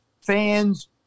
fans